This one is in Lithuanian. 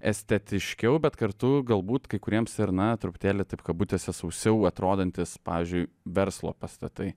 estetiškiau bet kartu galbūt kai kuriems ir na truputėlį taip kabutėse sausiau atrodantys pavyzdžiui verslo pastatai